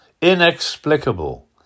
inexplicable